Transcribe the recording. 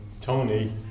Tony